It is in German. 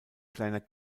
kleiner